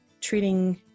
treating